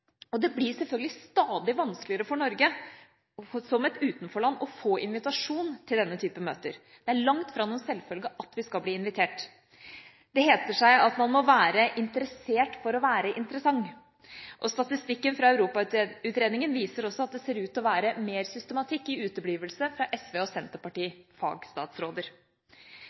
Det blir selvfølgelig stadig vanskeligere for Norge som et utenforland å få invitasjon til denne type møter. Det er langt fra noen selvfølge at vi skal bli invitert. Det heter seg at man må være interessert for å være interessant, og statistikken fra Europautredningen viser også at det ser ut til å være mer systematikk i uteblivelse fra Senterparti- og